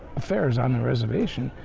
affairs on the reservation.